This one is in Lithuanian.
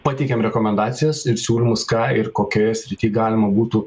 pateikiam rekomendacijas ir siūlymus ką ir kokioje srity galima būtų